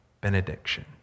benediction